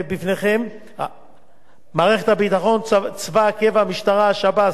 צבא הקבע, המשטרה, השב"ס ושירותי הביטחון.